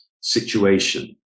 situation